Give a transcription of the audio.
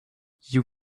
you